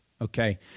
Okay